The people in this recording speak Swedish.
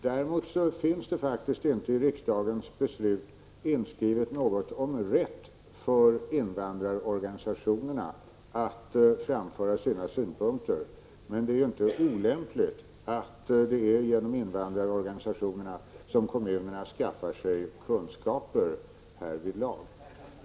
Däremot finns det faktiskt inte i riksdagens beslut inskrivet något om rätt för invandrarorganisationerna att framföra sina synpunkter. Men det är inte olämpligt att det är genom invandrarorganisationerna som kommunerna skaffar sig kunskaper härvidlag.